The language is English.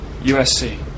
USC